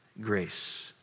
grace